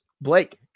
Blake